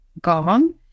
gone